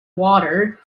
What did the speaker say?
water